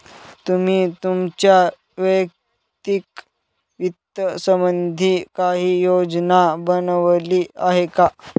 तुम्ही तुमच्या वैयक्तिक वित्त संबंधी काही योजना बनवली आहे का?